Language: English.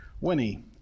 Winnie